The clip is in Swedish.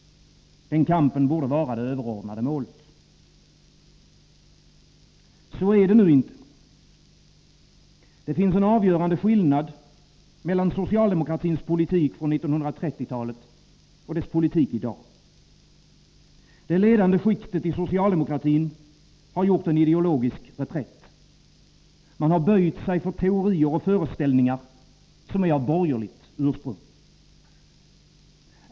Den kampen borde vara det överordnade målet. Så är det nu inte. Det finns en avgörande skillnad mellan socialdemokratins politik från 1930-talet och dess politik i dag. Det ledande skiktet i socialdemokratin har gjort en ideologisk reträtt. Man har böjt sig för teorier och föreställningar, som är av borgerligt ursprung.